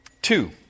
Two